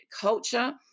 culture